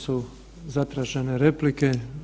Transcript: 4 su zatražene replike.